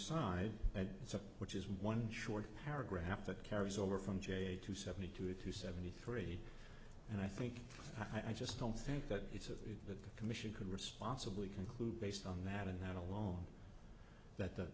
a which is one short paragraph that carries over from jay to seventy two to seventy three and i think i just don't think that it's of the the commission could responsibly conclude based on that and that alone that the